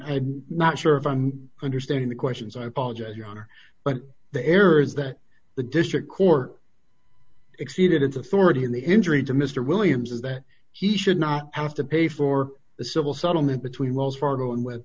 i'm not sure if i'm understanding the questions i apologize your honor but the errors that the district court exceeded its authority in the injury to mr williams is that he should not have to pay for the civil settlement between wells fargo and w